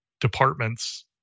departments